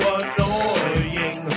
annoying